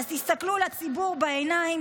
אז תסתכלו לציבור בעיניים,